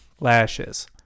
Lashes